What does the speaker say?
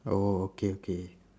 oh okay okay